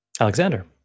Alexander